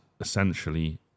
essentially